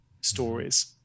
stories